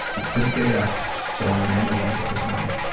he couldn't get it up so i ran away with his money.